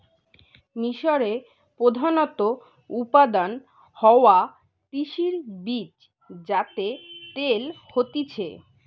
মিশরে প্রধানত উৎপাদন হওয়া তিসির বীজ যাতে তেল হতিছে